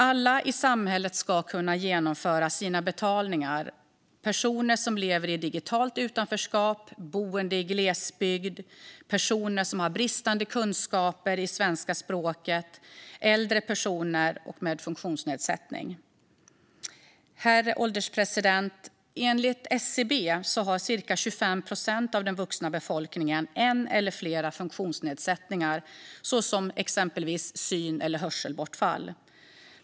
Alla i samhället ska kunna genomföra sina betalningar. Det gäller även personer som lever i digitalt utanförskap, boende i glesbygd, personer som har bristande kunskaper i svenska språket, äldre och personer med funktionsnedsättning. Herr ålderspresident! Enligt SCB har 25 procent av den vuxna svenska befolkningen en eller flera funktionsnedsättningar, till exempel syn eller hörselbortfall.